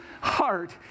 heart